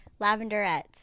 Lavenderettes